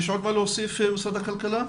יש עוד מה להוסיף, משרד הכלכלה?